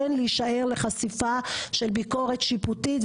כן להישאר לחשיפה של ביקורת שיפוטית,